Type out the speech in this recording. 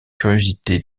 curiosité